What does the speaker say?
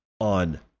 on